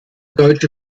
deutsche